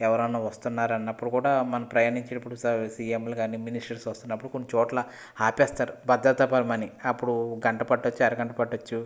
ఎవరైనా వస్తున్నారన్నప్పుడు కూడా మన ప్రయాణించేటప్పుడు సీఎంలు కాని మినిస్టర్స్ వస్తునపుడు కొన్ని చోట్ల ఆపేస్తారు భద్రతాపరమని అప్పుడు గంట పట్టొచ్చు అరగంట పట్టొచ్చు